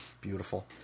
beautiful